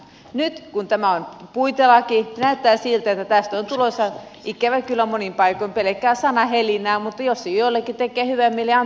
nyt kun tämä on puitelaki näyttää siltä että tästä on tulossa ikävä kyllä monin paikoin pelkkää sanahelinää mutta jos se joillekin tekee hyvän mielen antaa olla